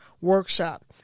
Workshop